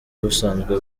busanzwe